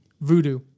Voodoo